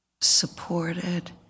supported